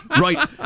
Right